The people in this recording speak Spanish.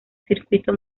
circuito